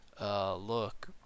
Look